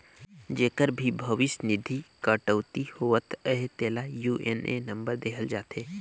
जेकर भी भविस निधि कटउती होवत अहे तेला यू.ए.एन नंबर देहल जाथे